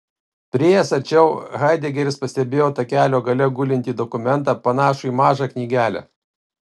priėjęs arčiau haidegeris pastebėjo takelio gale gulintį dokumentą panašų į mažą knygelę